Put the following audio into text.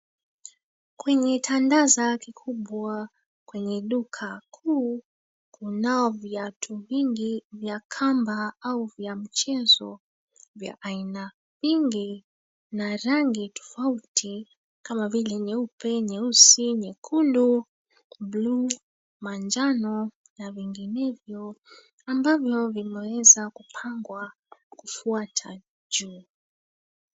Kwenye tandaza kikubwa, kwenye duka kuu, kunao viatu vingi vya kamba au vya mchezo vya aina nyingi na rangi tofauti kama vile nyeupe, nyeusi, nyekundu, bluu, manjano na vinginevyo ambavyo vimeweza kupangwa kufuata juu.